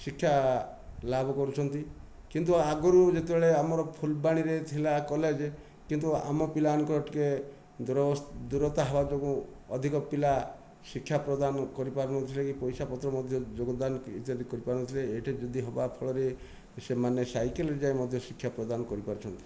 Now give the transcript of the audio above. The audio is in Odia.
ଶିକ୍ଷା ଲାଭ କରୁଛନ୍ତି କିନ୍ତୁ ଆଗରୁ ଯେତେବେଳେ ଆମର ଫୁଲବାଣୀରେ ଥିଲା କଲେଜ କିନ୍ତୁ ଆମ ପିଲା ମାନଙ୍କର ଟିକେ ଦୂର ଦୂରତା ହେବା ଯୋଗୁ ଅଧିକ ପିଲା ଶିକ୍ଷା ପ୍ରଦାନ କରିପାରୁନଥିଲେ କି ପଇସା ପତ୍ର ମଧ୍ୟ ଯୋଗଦାନ ଇତ୍ୟାଦି କରିପାରୁନଥିଲେ ଏଇଟା ଯଦି ହେବା ଫଳରେ ସେମାନେ ସାଇକେଲରେ ଯାଇ ମଧ୍ୟ ଶିକ୍ଷା ପ୍ରଦାନ କରିପାରୁଛନ୍ତି